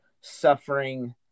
suffering